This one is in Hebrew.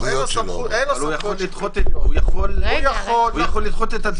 הוא יכול לדחות את התביעה.